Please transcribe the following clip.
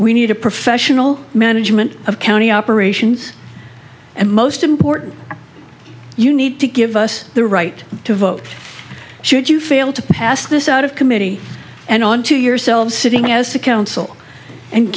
we need a professional management of county operations and most important you need to give us the right to vote should you fail to pass this out of committee and onto yourselves sitting as the council and